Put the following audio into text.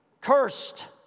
Cursed